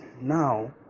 now